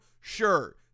Sure